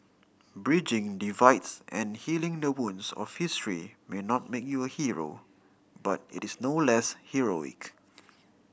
bridging divides and healing the wounds of history may not make you a hero but it is no less heroic